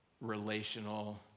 relational